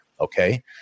Okay